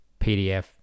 PDF